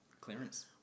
clearance